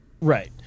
Right